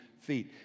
feet